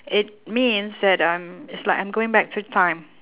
it means that I'm it's like I'm going back to time